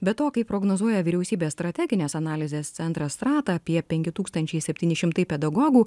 be to kaip prognozuoja vyriausybės strateginės analizės centras strata apie penki tūkstančiai septyni šimtai pedagogų